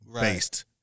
based